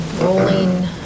rolling